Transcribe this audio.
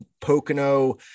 Pocono